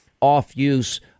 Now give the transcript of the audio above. off-use